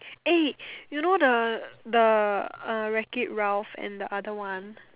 eh you know the the uh Wreck it Ralph and the other one